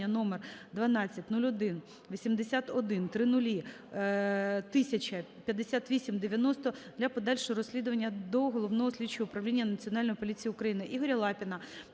№ 12018100010005890 для подальшого розслідування до Головного слідчого управління Національної поліції України. Ігоря Лапіна